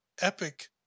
Epic